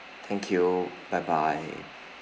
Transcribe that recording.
thank you bye bye